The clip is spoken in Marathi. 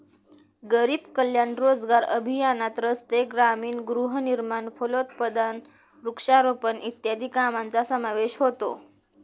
गरीब कल्याण रोजगार अभियानात रस्ते, ग्रामीण गृहनिर्माण, फलोत्पादन, वृक्षारोपण इत्यादी कामांचा समावेश होतो